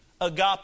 agape